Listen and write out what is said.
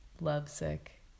lovesick